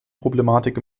problematik